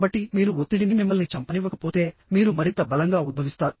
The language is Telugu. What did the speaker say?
కాబట్టి మీరు ఒత్తిడిని మిమ్మల్ని చంపనివ్వకపోతే మీరు మరింత బలంగా ఉద్భవిస్తారు